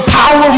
power